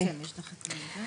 מהותי, צודקת.